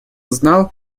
знал